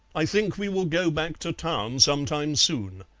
i think we will go back to town some time soon.